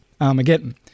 Armageddon